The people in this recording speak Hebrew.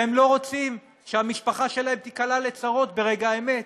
והם לא רוצים שהמשפחה שלהם תיקלע לצרות ברגע האמת,